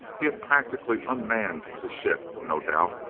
he had practically unmanned the ship, no doubt,